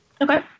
Okay